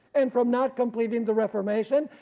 and from not completing the reformation,